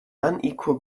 unequal